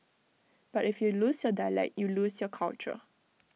but if you lose your dialect you lose your culture